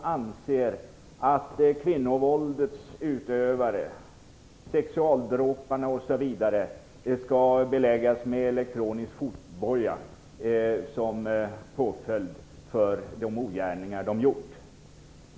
anser att kvinnovåldets utövare, sexualdråparna, osv. skall beläggas med elektronisk fotboja som påföljd för de ogärningar de gjort.